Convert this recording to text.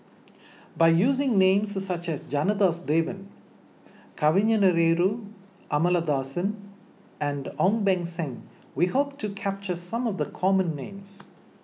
by using names such as Janadas Devan Kavignareru Amallathasan and Ong Beng Seng we hope to capture some of the common names